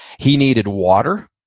he needed water.